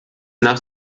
nach